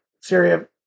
Syria